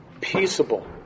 peaceable